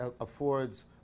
affords